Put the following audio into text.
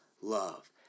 love